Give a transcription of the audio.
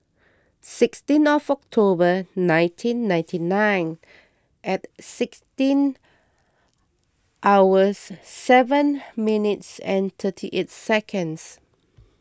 sixteen October nineteen ninety nine at sixteen hours seven minutes and thirty eight seconds